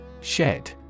Shed